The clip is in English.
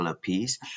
Piece